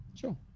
Sure